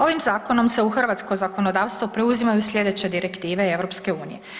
Ovim zakonom se u hrvatsko zakonodavstvo preuzimaju slijedeće direktive EU.